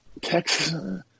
Texas